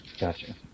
gotcha